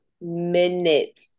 minute